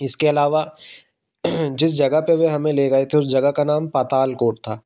इसके अलावा जिस जगह पे वे हमें ले गए थे उस जगह का नाम पातालकोट था